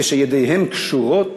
כשידיהם קשורות,